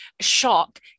shock